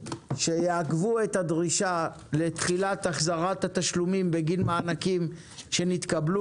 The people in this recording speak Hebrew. שיעכבו את הדרישה לתחילת החזרת התשלומים בגין מענקים שנתקבלו,